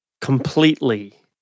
completely